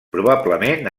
probablement